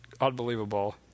unbelievable